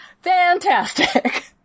fantastic